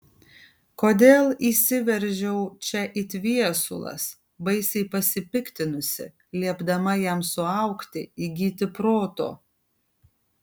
kodėl įsiveržiau čia it viesulas baisiai pasipiktinusi liepdama jam suaugti įgyti proto